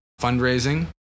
fundraising